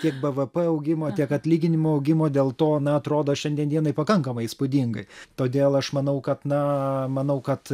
tiek bvp augimo tiek atlyginimų augimo dėl to na atrodo šiandien dienai pakankamai įspūdingai todėl aš manau kad na manau kad